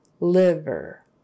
liver